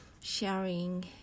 sharing